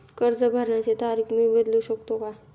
कर्ज भरण्याची तारीख मी बदलू शकतो का?